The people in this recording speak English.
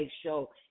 show